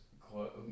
close